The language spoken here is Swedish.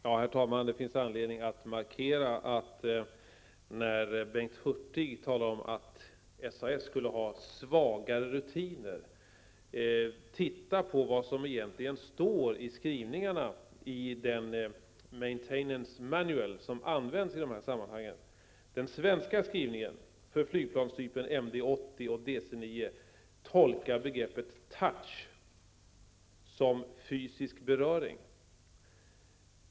Herr talman! Bengt Hurtig talar om att SAS skulle ha svagare rutiner. Det finns därför anledning att markera vad som egentligen står i skrivningen i den Maintainance Manual som används i dessa sammanhang. Den svenska skrivningen för flygplanstypen MD 80 och DC 9 tolkar begreppet ''touch'' som fysisk beröring.